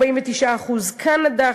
49%; קנדה,